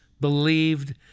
believed